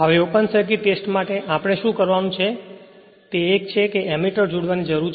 હવે open circuit test માટે આપણે શું કરવાનું છે તે છે એક એમીટર જોડવાની જરૂર છે